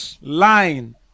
line